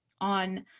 on